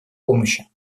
помощи